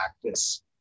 practice